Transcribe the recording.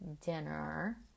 dinner